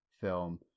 film